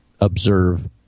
observe